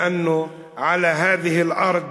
לאנו "עלא הד'ה אל-ארצ'